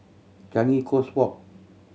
Changi Coast Walk